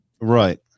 right